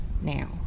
now